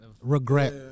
Regret